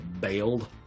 bailed